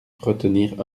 retenir